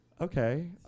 Okay